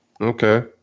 okay